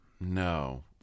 no